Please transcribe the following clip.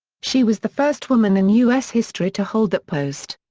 she was the first woman in u s. history to hold that post.